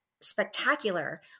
spectacular